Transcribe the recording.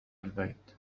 البيت